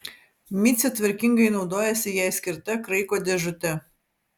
micė tvarkingai naudojasi jai skirta kraiko dėžute